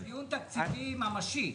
זה דיון תקציבי ממשי.